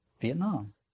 Vietnam